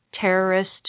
terrorist